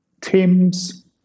teams